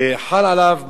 וחל עליו ממש,